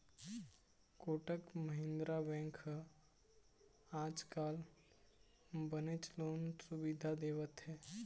Kotak Mahindra bank ह आजकाल बनेच लोन सुबिधा देवत हे